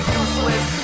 useless